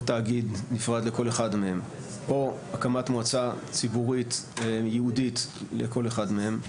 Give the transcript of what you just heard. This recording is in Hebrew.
תאגיד נפרד לכל אחד מהם או הקמת מועצה ציבורית ייעודית לכל אחד מהם,